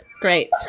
great